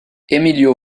emilio